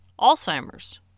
Alzheimer's